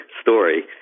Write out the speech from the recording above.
story